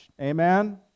Amen